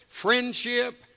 friendship